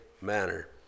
manner